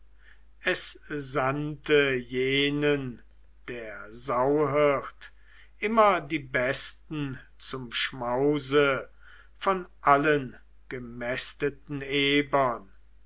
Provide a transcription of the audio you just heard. es sandte jenen der sauhirt immer die besten zum schmause von allen gemästeten ebern